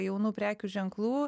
jaunų prekių ženklų